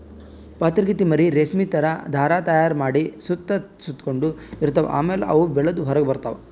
ಪಾತರಗಿತ್ತಿ ಮರಿ ರೇಶ್ಮಿ ಥರಾ ಧಾರಾ ತೈಯಾರ್ ಮಾಡಿ ಸುತ್ತ ಸುತಗೊಂಡ ಇರ್ತವ್ ಆಮ್ಯಾಲ ಅವು ಬೆಳದ್ ಹೊರಗ್ ಬರ್ತವ್